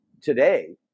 today